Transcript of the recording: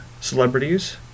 celebrities